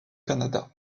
canada